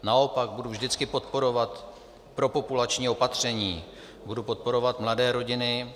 Naopak budu vždycky podporovat propopulační opatření, budu podporovat mladé rodiny.